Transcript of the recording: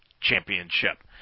championship